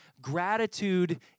gratitude